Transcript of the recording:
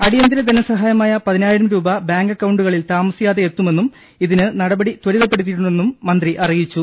അടിയന്തര ധനസഹായമായ പതിനായിരം രൂപ ബാങ്ക് അക്കൌണ്ടുകളിൽ താമസിയാതെ എത്തുമെന്നും ഇതിന് നടപടി ത്വരിതപ്പെടുത്തിയിട്ടുണ്ടെന്നും മന്ത്രി അറിയിച്ചു